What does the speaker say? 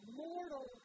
mortal